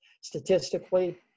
Statistically